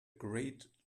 great